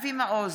אבי מעוז,